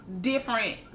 different